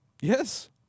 Yes